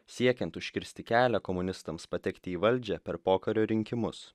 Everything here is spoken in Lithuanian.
siekiant užkirsti kelią komunistams patekti į valdžią per pokario rinkimus